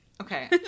Okay